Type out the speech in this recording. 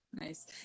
nice